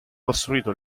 costruito